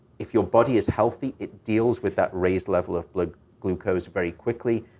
if your body is healthy, it deals with that raised level of blood glucose very quickly,